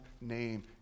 name